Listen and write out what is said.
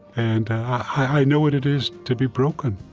and i know what it is to be broken,